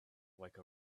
like